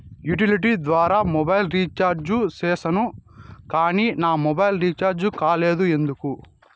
Utility ద్వారా mobile recharge సేసాను కానీ నా మొబైల్ రీచార్జి కాలేదు ఎందుకు?